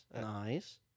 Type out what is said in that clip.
Nice